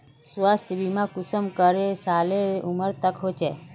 स्वास्थ्य बीमा कुंसम करे सालेर उमर तक होचए?